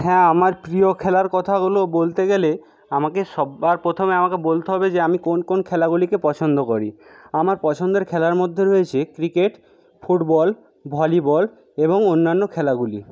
হ্যাঁ আমার প্রিয় খেলার কথাগুলো বলতে গেলে আমাকে সবার প্রথমে আমাকে বলতে হবে যে আমি কোন কোন খেলাগুলিকে পছন্দ করি আমার পছন্দের খেলার মধ্যে রয়েছে ক্রিকেট ফুটবল ভলিবল এবং অন্যান্য খেলাগুলি